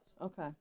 Okay